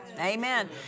Amen